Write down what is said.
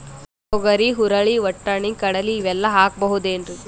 ತೊಗರಿ, ಹುರಳಿ, ವಟ್ಟಣಿ, ಕಡಲಿ ಇವೆಲ್ಲಾ ಹಾಕಬಹುದೇನ್ರಿ?